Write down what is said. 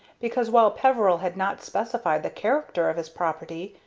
because, while peveril had not specified the character of his property,